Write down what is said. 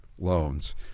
Loans